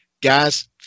Guys